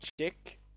chick